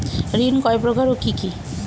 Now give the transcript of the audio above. ঋণ কয় প্রকার ও কি কি?